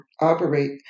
operate